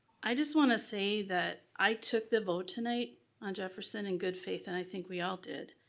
i just wanna say that i took the vote tonight on jefferson in good faith and i think we all did.